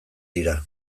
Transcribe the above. dira